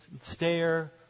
stare